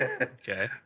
Okay